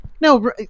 no